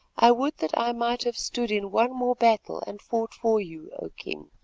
i would that i might have stood in one more battle and fought for you, o king,